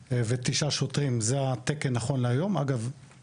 1,459 שוטרים, זה התקן נכון להיום במרחב.